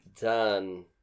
Done